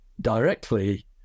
directly